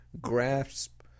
grasp